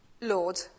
Lord